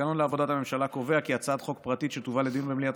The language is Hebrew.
התקנון לעבודת הממשלה קובע כי הצעת חוק פרטית שתובא לדיון במליאת